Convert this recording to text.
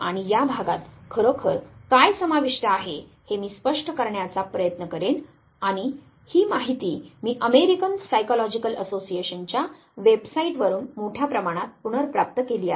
आणि या भागात खरोखर काय समाविष्ट आहे हे मी स्पष्ट करण्याचा प्रयत्न करेन आणि ही माहिती मी अमेरिकन सायकॉलॉजिकल असोसिएशनच्या वेबसाइटवरून मोठ्या प्रमाणात पुनर्प्राप्त केली आहे